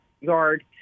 yard